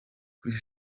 kuri